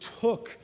took